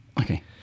Okay